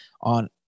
on